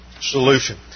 solution